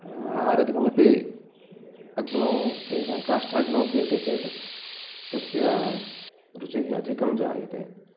आहरदिकमपि अग्नौ एव काष्ठाग्नौ क्रियते चेत् तस्य रुचिः अधिकं जायते